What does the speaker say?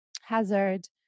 hazard